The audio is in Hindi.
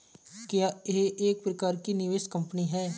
क्या यह एक प्रकार की निवेश कंपनी है?